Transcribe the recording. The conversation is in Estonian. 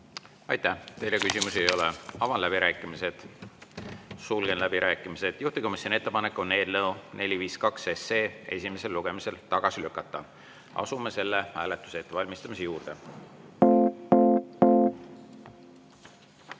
Aitäh! Teile küsimusi ei ole. Avan läbirääkimised. Sulgen läbirääkimised. Juhtivkomisjoni ettepanek on eelnõu 452 esimesel lugemisel tagasi lükata. Asume selle hääletuse ettevalmistamise juurde. Head